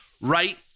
right